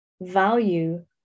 value